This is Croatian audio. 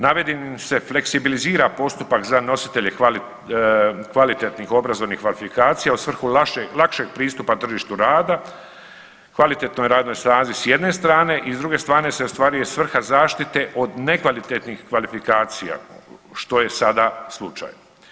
Navedenim se fleksibilizira postupak za nositelje kvalitetnih obrazovnih kvalifikacija u svrhu lakšeg pristupa tržištu rada, kvalitetnoj radnoj snazi s jedne strane i s druge strane se ostvaruje svrha zaštite od nekvalitetnih kvalifikacija, što je sada slučaj.